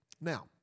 Now